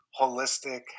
holistic